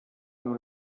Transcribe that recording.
nur